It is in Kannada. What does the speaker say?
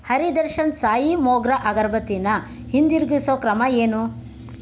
ಹರಿದರ್ಶನ್ ಸಾಯಿ ಮೋಗ್ರಾ ಅಗರಬತ್ತಿನ ಹಿಂದಿರುಗಿಸೊ ಕ್ರಮ ಏನು